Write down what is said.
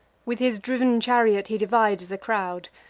with his driv'n chariot he divides the crowd,